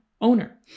owner